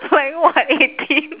like what eighteen